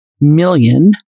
million